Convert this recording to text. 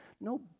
no